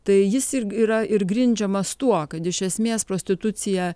tai jis irgi yra ir grindžiamas tuo kad iš esmės prostitucija